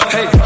Hey